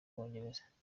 bwongereza